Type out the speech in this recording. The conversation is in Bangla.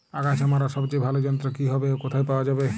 আগাছা মারার সবচেয়ে ভালো যন্ত্র কি হবে ও কোথায় পাওয়া যাবে?